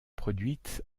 produite